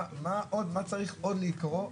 מה צריך עוד לקרות?